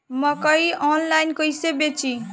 मकई आनलाइन कइसे बेची?